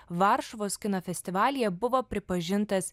varšuvos kino festivalyje buvo pripažintas